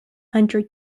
hundred